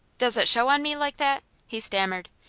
does it show on me like that? he stammered.